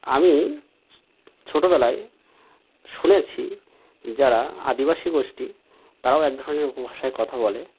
আমি ছোটোবেলায় শুনেছি যারা আদিবাসী গোষ্ঠী তারাও এক ধরনের উপভাষায় কথা বলে